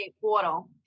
portal